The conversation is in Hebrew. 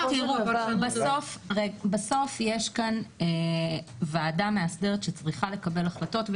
בסוף יש כאן ועדה מאסדרת שצריכה לקבל החלטות.